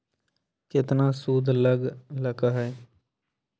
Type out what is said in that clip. केतना सूद लग लक ह?